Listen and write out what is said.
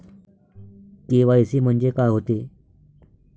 KYC म्हंनजे का होते?